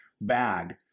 bag